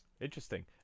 interesting